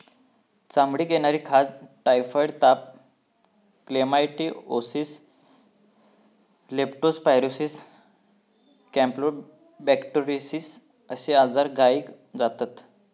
चामडीक येणारी खाज, टायफॉइड ताप, क्लेमायडीओसिस, लेप्टो स्पायरोसिस, कॅम्पलोबेक्टोरोसिस अश्ये आजार गायीक जातत